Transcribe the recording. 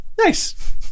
Nice